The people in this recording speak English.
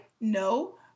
No